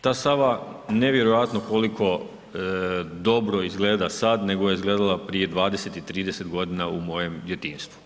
Ta Sava nevjerojatno koliko dobro izgleda sad nego je izgledala prije 20 i 30 godina u mojem djetinjstvu.